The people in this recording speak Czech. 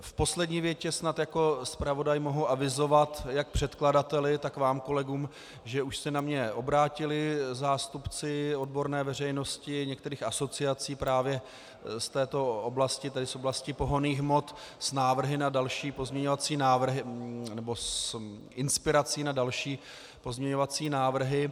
V poslední větě snad jako zpravodaj mohu avizovat jak předkladateli, tak vám kolegům, že už se na mě obrátili zástupci odborné veřejnosti některých asociací právě z této oblasti, tedy z oblasti pohonných hmot, s návrhy na další pozměňovací návrhy, nebo s inspirací na další pozměňovací návrhy.